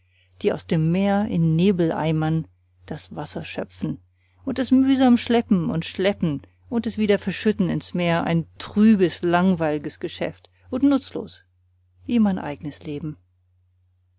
die aus dem meer in nebeleimern das wasser schöpfen und es mühsam schleppen und schleppen und es wieder verschütten ins meer ein trübes langweilges geschäft und nutzlos wie mein eignes leben